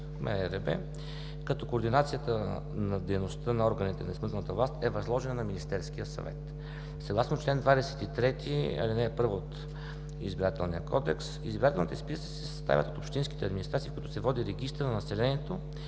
като координацията на дейността на органите на изпълнителната власт е възложена на Министерския съвет. Съгласно чл. 23, ал. 1 от Избирателния кодекс избирателните списъци се съставят от общинските администрации, в които се води регистър на населението